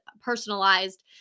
personalized